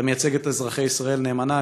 אתה מייצג את אזרחי ישראל נאמנה.